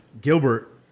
Gilbert